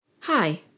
Hi